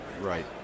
Right